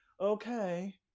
okay